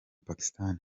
pakistan